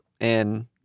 and-